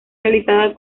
realizada